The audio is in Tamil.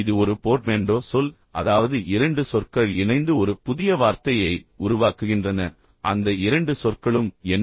இது ஒரு போர்ட்மேன்டோ சொல் அதாவது இரண்டு சொற்கள் இணைந்து ஒரு புதிய வார்த்தையை உருவாக்குகின்றன அந்த இரண்டு சொற்களும் என்ன